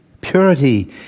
purity